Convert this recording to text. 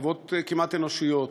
מחוות כמעט אנושיות